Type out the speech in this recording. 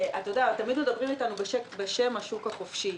תמיד מדברים איתנו בשם השוק החופשי.